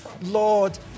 Lord